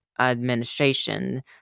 Administration